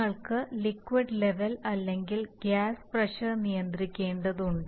നിങ്ങൾക്ക് liquid level അല്ലെങ്കിൽ gas pressure നിയന്ത്രിക്കേണ്ടതുണ്ട്